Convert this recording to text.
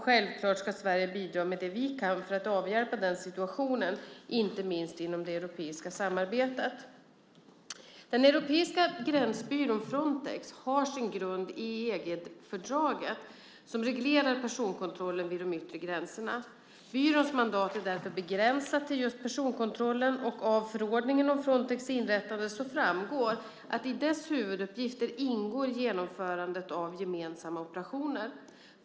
Självklart ska Sverige bidra med det vi kan för att avhjälpa denna situation, inte minst inom det europeiska samarbetet. Den europeiska gränsbyrån, Frontex, har sin grund i den artikel i EG-fördraget som reglerar personkontrollen vid de yttre gränserna. Byråns mandat är därför begränsat till just personkontrollen, och av förordningen om Frontex inrättande framgår att i dess huvuduppgifter ingår genomförandet av gemensamma operationer.